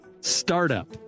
Startup